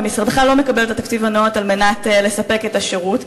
ומשרדך לא מקבל את התקציב הנאות על מנת לספק את השירות,